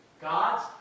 God's